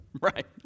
Right